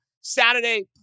Saturday